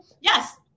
yes